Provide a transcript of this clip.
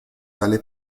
dalle